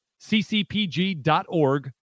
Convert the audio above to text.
ccpg.org